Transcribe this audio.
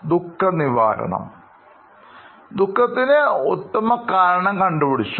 ദുഃഖത്തിന് ഉത്തമ കാരണം കണ്ടുപിടിച്ചു